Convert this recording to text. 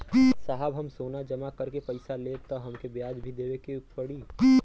साहब हम सोना जमा करके पैसा लेब त हमके ब्याज भी देवे के पड़ी?